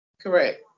Correct